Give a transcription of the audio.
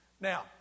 Now